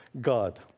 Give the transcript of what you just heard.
God